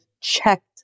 checked